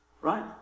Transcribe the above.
Right